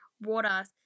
water